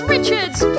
Richards